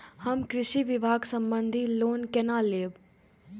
हम कृषि विभाग संबंधी लोन केना लैब?